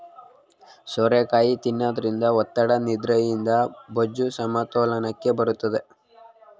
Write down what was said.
ಸೋರೆಕಾಯಿ ತಿನ್ನೋದ್ರಿಂದ ಒತ್ತಡ, ನಿದ್ರಾಹೀನತೆ, ಬೊಜ್ಜು, ಸಮತೋಲನಕ್ಕೆ ಬರುತ್ತದೆ